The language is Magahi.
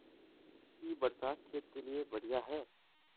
इ वर्षा खेत के लिए बढ़िया है?